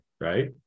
Right